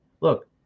Look